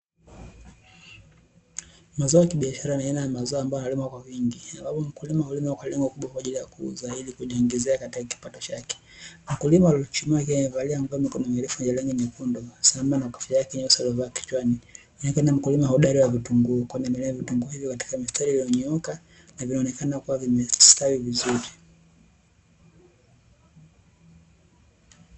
Mazao ya kibiashara ni aina ya mazao ambayo yanalimwa kwa wingi sababu mkulima hulima kwa lengo kubwa kwa ajili ya kuuza ili kujiongezea katika kipato chake. Mkulima aliyechuchumaa akiwa amevalia nguo ya mikono mirefu yenye rangi nyekundu na kofia yake nyeusi aliovaa kichwani, anaonekana ni mkulima hodari wa vitunguu kwani humelea vitunguu hivyo katika mstari ulionyooka na vinaonekana kuwa vimestawi vizuri.